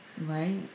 Right